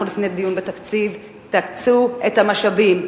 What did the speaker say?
אנחנו לפני דיון בתקציב, תקצו את המשאבים.